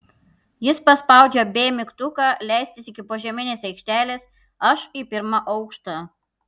jis paspaudžia b mygtuką leistis iki požeminės aikštelės aš į pirmą aukštą